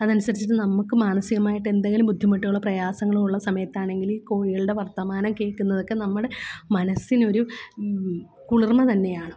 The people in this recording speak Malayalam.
അതനുസരിച്ചിട്ട് നമ്മള്ക്ക് മാനസികമായിട്ടെന്തെങ്കിലും ബുദ്ധിമുട്ടുകളോ പ്രയാസങ്ങളോ ഉള്ള സമയത്താണങ്കില് കോഴികളുടെ വർത്തമാനം കേള്ക്കുന്നതൊക്കെ നമ്മുടെ മനസ്സിനൊരു കുളിർമ്മ തന്നെയാണ്